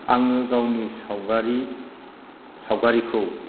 आङो गावनि सावगारिखौ